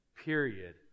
period